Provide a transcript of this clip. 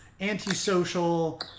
antisocial